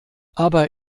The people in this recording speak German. aber